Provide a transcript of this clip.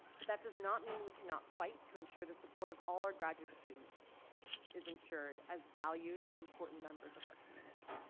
but that does not mean we cannot fight to ensure the support of all our graduate students is ensured as valued and important members of our community.